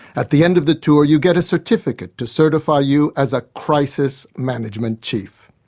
at the end of the tour you get a certificate to certify you as a crisis management chief.